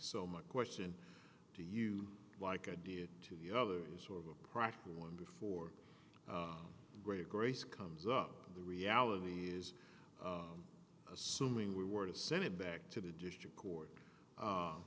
so my question to you like a did to the other is sort of a practical one before the great grace comes up the reality is assuming we were to send it back to the district court